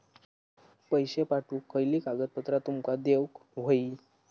पैशे पाठवुक खयली कागदपत्रा तुमका देऊक व्हयी?